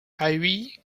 ivy